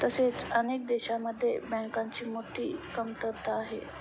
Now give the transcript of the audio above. तसेच अनेक देशांमध्ये बँकांची मोठी कमतरता आहे